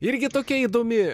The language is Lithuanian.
irgi tokia įdomi